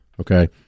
Okay